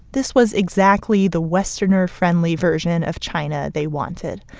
this was exactly the westerner friendly version of china they wanted.